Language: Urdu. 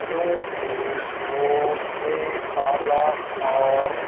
کیونکہ وہ ایک اعلیٰ اور